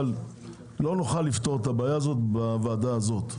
אבל לא נוכל לפתור את הבעיה הזאת בוועדה הזאת.